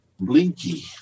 Blinky